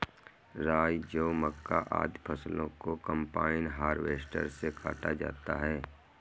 राई, जौ, मक्का, आदि फसलों को कम्बाइन हार्वेसटर से काटा जाता है